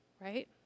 right